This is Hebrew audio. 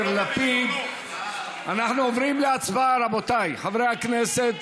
לא, רבותיי, חברי הכנסת